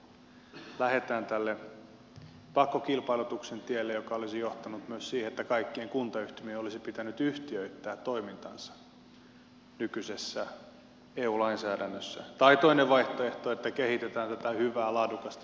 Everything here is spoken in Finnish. joko lähdetään tälle pakkokilpailutuksen tielle joka olisi johtanut myös siihen että kaikkien kuntayhtymien olisi pitänyt yhtiöittää toimintansa nykyisessä eu lainsäädännössä tai toinen vaihtoehto kehitetään tätä hyvää laadukasta julkista palvelutuotantoa